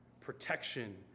protection